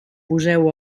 poseu